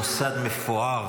מוסד מפואר,